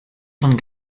von